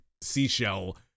seashell